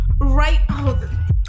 right